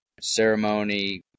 ceremony